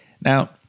Now